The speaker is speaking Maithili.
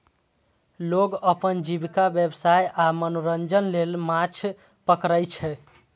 लोग अपन जीविका, व्यवसाय आ मनोरंजन लेल माछ पकड़ै छै